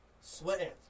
Sweating